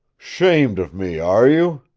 shamed of me, are you?